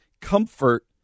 comfort